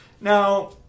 Now